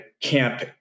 camp